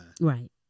Right